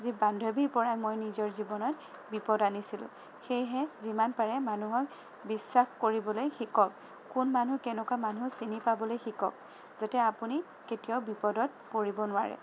যি বান্ধৱীৰ পৰাই মই নিজৰ জীৱনত বিপদ আনিছিলোঁ সেয়েহে যিমান পাৰে মানুহক বিশ্বাস কৰিবলৈ শিকক কোন মানুহ কেনেকুৱা মানুহ চিনি পাবলৈ শিকক যাতে আপুনি কেতিয়াও বিপদত পৰিব নোৱাৰে